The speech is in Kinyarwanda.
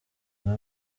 nka